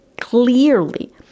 clearly